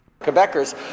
Quebecers